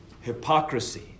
hypocrisy